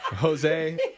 Jose